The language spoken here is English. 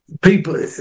People